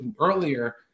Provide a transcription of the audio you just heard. earlier